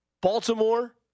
Baltimore